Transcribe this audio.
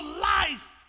life